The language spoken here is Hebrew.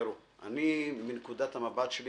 תראו, אני מנקודת המבט שלי